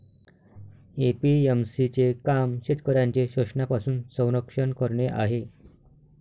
APMC चे काम शेतकऱ्यांचे शोषणापासून संरक्षण करणे आहे